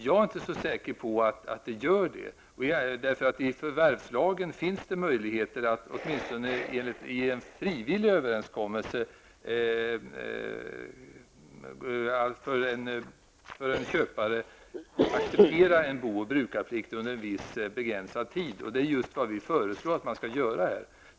Jag är inte så säker på att den gör det, för i förvärvslagen finns det möjligheter, åtminstone i en frivillig överenskommelse, för en köpare att acceptera booch brukarplikt under en viss begränsad tid. Det är just vad vi föreslår att man skulle göra.